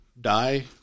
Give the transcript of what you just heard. die